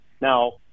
Now